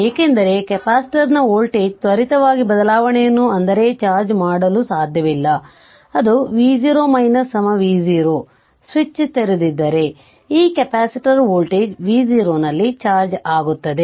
ಏಕೆಂದರೆ ಕೆಪಾಸಿಟರ್ನ ವೋಲ್ಟೇಜ್ ತ್ವರಿತವಾಗಿ ಬದಲಾವಣೆಯನ್ನು ಅಂದರೆ ಚಾರ್ಜ್ ಮಾಡಲು ಸಾಧ್ಯವಿಲ್ಲ ಅದು v0 v0 ಸ್ವಿಚ್ ತೆರೆದಿದ್ದರೆ ಈ ಕೆಪಾಸಿಟರ್ ವೋಲ್ಟೇಜ್ v0 ನಲ್ಲಿ ಚಾರ್ಜ್ ಆಗುತ್ತದೆ